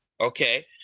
Okay